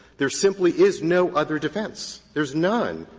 there simply is no other defense. there is none.